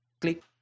click